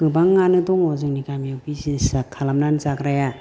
गोबाङानो दङ जोंनि गामियाव बिजिनेसआ खालामनानै जाग्राया